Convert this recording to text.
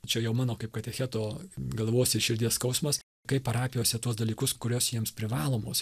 čia jau mano kaip katecheto galvos ir širdies skausmas kai parapijose tuos dalykus kuriuos jiems privalomos